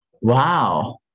Wow